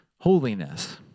holiness